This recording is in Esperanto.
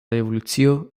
revolucio